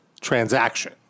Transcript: transaction